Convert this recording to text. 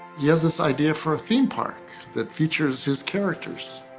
he has this idea for a theme park that features his characters.